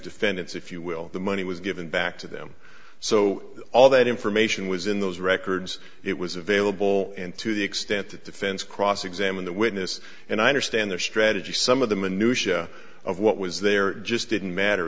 defendants if you will the money was given back to them so all that information was in those records it was available and to the extent the defense cross examine the witness and i understand their strategy some of the minutia of what was there just didn't matter